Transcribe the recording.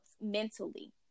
mentally